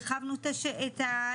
הרחבנו את האפשרויות,